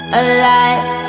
alive